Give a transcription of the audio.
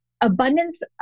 Abundance